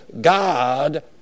God